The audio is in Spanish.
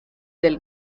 del